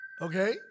Okay